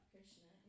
Krishna